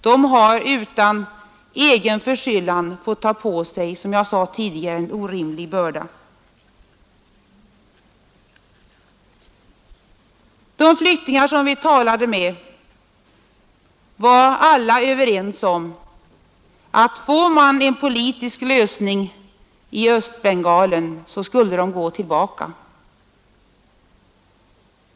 De har utan egen förskyllan fått ta på sig en orimlig börda. De flyktingar som vi talade med var alla överens om att fick man en politisk lösning i Östbengalen, skulle de gå tillbaka.